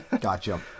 Gotcha